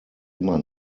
immer